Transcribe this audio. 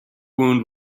wound